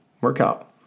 workout